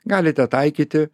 galite taikyti